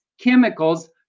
Chemicals